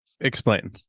Explain